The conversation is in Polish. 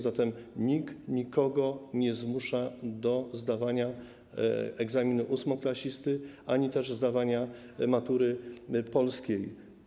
Zatem nikt nikogo nie zmusza do zdawania egzaminu ósmoklasisty ani też zdawania matury polskiej.